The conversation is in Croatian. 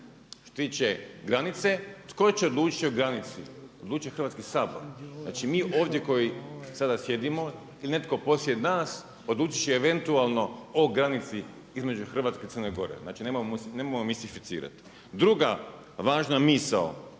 tiče granice, tko će odlučiti o granici? Odlučuje Hrvatski sabor. Znači mi ovdje koji sada sjedimo ili netko poslije nas odlučit će eventualno o granici između Hrvatske i Crne Gore. Znači nemojmo mistificirati. Druga važna misao,